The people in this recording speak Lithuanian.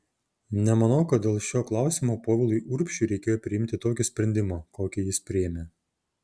nemanau kad dėl šio klausimo povilui urbšiui reikėjo priimti tokį sprendimą kokį jis priėmė